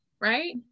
right